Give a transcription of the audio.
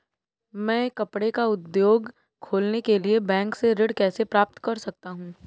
मैं कपड़े का उद्योग खोलने के लिए बैंक से ऋण कैसे प्राप्त कर सकता हूँ?